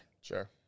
Sure